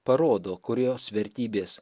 parodo kurios vertybės